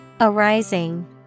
Arising